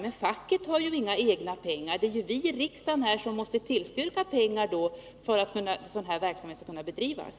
Men facket har ju inga egna pengar. Det är väl vi i riksdagen som i så fall måste anslå pengar för att sådan verksamhet skall kunna bedrivas.